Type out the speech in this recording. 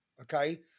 okay